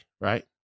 right